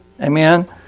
Amen